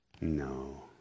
No